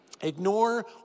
Ignore